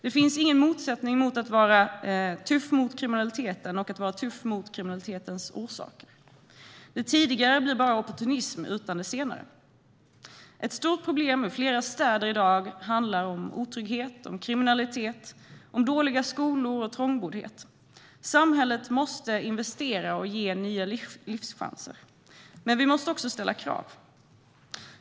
Det finns ingen motsättning mellan att vara tuff mot kriminaliteten och att vara tuff mot kriminalitetens orsaker. Utan det senare blir det tidigare bara opportunism. Ett stort problem i flera städer i dag handlar om otrygghet, om kriminalitet, om dåliga skolor och trångboddhet. Samhället måste investera och ge nya livschanser. Men vi måste också ställa krav.